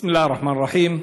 בסם אללה א-רחמאן א-רחים.